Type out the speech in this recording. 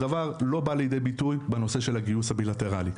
הדבר לא בא לידי ביטוי בנושא הגיוס הבילטרלי,